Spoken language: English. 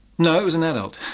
no, it was an adult.